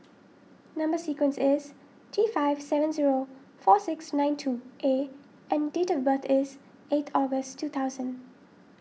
Number Sequence is T five seven zero four six nine two A and date of birth is eight August two thousand